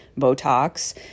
Botox